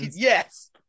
Yes